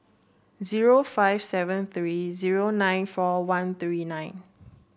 zero five seven three zero nine four one three nine